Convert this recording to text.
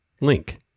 Link